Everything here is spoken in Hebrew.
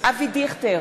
אבי דיכטר,